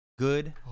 Good